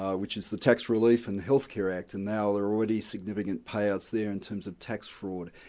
ah which is the tax relief and health care act, and now they're already significant payouts there in terms of tax fraud.